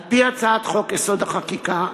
על-פי הצעת חוק-יסוד: החקיקה,